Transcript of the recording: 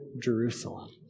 Jerusalem